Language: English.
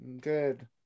good